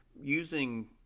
using